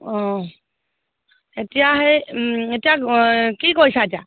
অঁ এতিয়া সেই এতিয়া কি কৰিছা এতিয়া